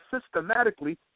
systematically